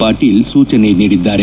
ಪಾಟೀಲ್ ಸೂಚನೆ ನೀಡಿದ್ದಾರೆ